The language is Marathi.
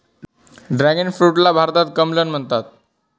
ड्रॅगन फ्रूटला भारतात कमलम म्हणतात